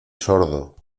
sordo